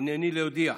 הינני להודיע: